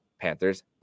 Panthers